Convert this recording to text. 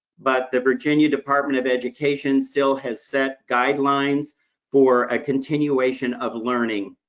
but the virginia department of education still has set guidelines for a continuation of learning.